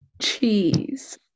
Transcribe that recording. Cheese